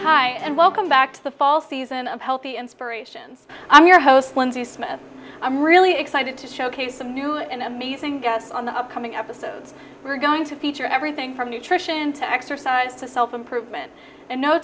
time and welcome back to the fall season of healthy inspirations i'm your host wendy smith i'm really excited to showcase some new and amazing guests on the upcoming episodes we're going to feature everything from nutrition to exercise to self improvement and no